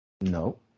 No